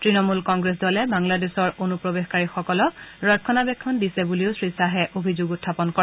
ড়ণমূল কংগ্ৰেছ দলে বাংলাদেশৰ অনুপ্ৰেৱশকাৰীসকলক ৰক্ষণাবেক্ষণ দিছে বুলিও শ্ৰীশ্বাহে অভিযোগ উত্থাপন কৰে